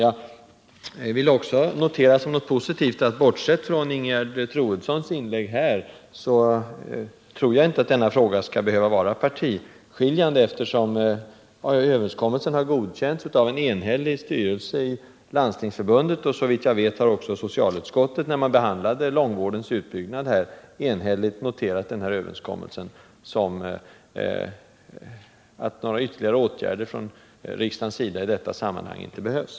Som något positivt vill jag också nämna att jag, bortsett från Ingegerd Troedssons inlägg här, inte tror att denna fråga skall behöva vara partiskiljande, eftersom överenskommelsen har godkänts av en enhällig styrelse i Landstingsförbundet. Såvitt jag vet, har också socialutskottet vid behandling av frågan om långvårdens utbyggnad noterat denna överenskommelse på det sättet, att några ytterligare åtgärder från riksdagens sida i detta sammanhang inte behövs.